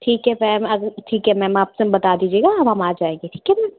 ठीक है मैम अभी ठीक है मैम आप्सन बता दीजिएगा हम हम आ जाएँगे ठीक है मैम